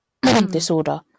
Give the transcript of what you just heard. disorder